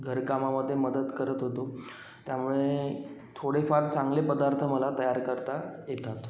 घरकामामध्ये मदत करत होतो त्यामुळे थोडेफार चांगले पदार्थ मला तयार करता येतात